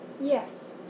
Yes